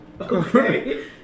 Okay